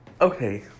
okay